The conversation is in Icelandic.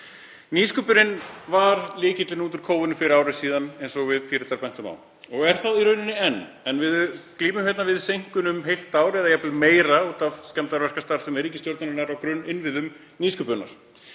Nýsköpunin var lykillinn út úr kófinu fyrir ári síðan, eins og við Píratar bentum á, og er það í rauninni enn. En við glímum við seinkun um heilt ár eða jafnvel meira út af skemmdarverkastarfsemi ríkisstjórnarinnar á grunninnviðum nýsköpunar.